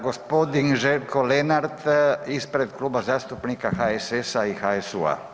Gospodin Željko Lenart ispred Kluba zastupnika HSS-a i HSU-a.